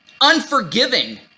unforgiving